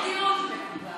מה